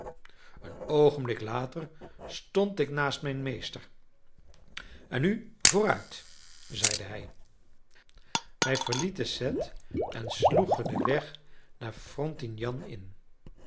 een oogenblik later stond ik naast mijn meester en nu vooruit zeide hij wij verlieten cette en sloegen den weg naar frontignan in